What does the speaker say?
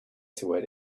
toward